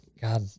God